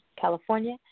California